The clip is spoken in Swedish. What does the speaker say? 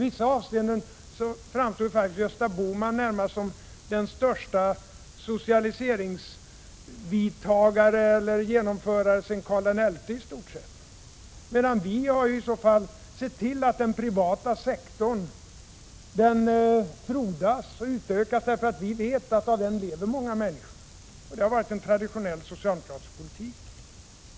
I vissa avseenden framstår faktiskt Gösta Bohman närmast som den störste socialiseringsgenomföraren sedan Karl XI, medan vi har sett till att den privata sektorn frodas och utökas därför att vi vet att många människor lever av den. Det har varit en traditionell socialdemokratisk politik.